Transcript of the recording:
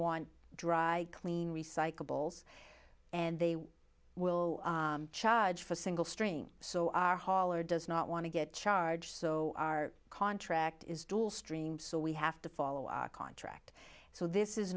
want dry clean recyclables and they will charge for single stream so our hauler does not want to get charged so our contract is dual stream so we have to follow our contract so this is